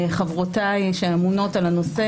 חברותיי, האמונות על הנושא